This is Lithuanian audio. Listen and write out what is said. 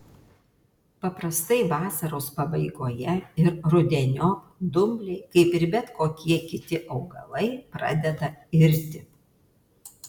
paprastai vasaros pabaigoje ir rudeniop dumbliai kaip ir bet kokie kiti augalai pradeda irti